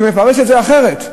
שמפרש את זה אחרת.